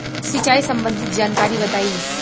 सिंचाई संबंधित जानकारी बताई?